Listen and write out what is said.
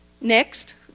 Next